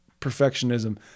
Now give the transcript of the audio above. perfectionism